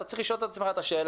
אתה צריך לשאול את עצמך את השאלה,